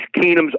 Keenum's